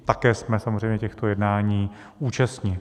Také jsme samozřejmě těchto jednání účastni.